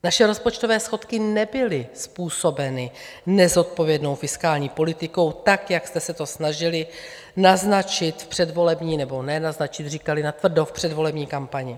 Naše rozpočtové schodky nebyly způsobeny nezodpovědnou fiskální politikou tak, jak jste se to snažili naznačit v předvolební... nebo ne naznačit, říkali natvrdo v předvolební kampani.